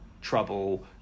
trouble